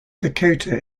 dakota